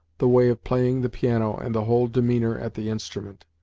the way of playing the piano and the whole demeanour at the instrument.